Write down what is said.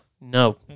No